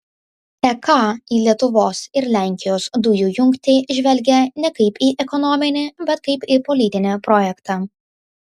ek į lietuvos ir lenkijos dujų jungtį žvelgia ne kaip į ekonominį bet kaip į politinį projektą